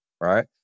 right